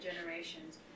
generations